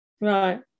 Right